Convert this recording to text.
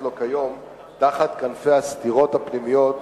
לו כיום תחת כנפי הסתירות הפנימיות